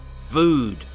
Food